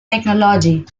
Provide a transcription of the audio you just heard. technology